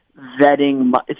vetting